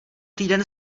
týden